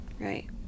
Right